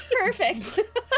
Perfect